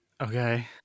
Okay